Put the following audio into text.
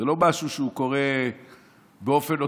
זה לא משהו שהוא קורה באופן אוטומטי.